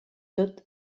tot